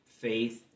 faith